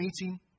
meeting